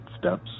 steps